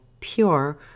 pure